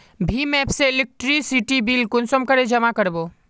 भीम app से electricity bill कुंसम करे जमा कर बो?